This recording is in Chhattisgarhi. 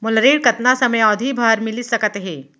मोला ऋण कतना समयावधि भर मिलिस सकत हे?